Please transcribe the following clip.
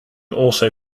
also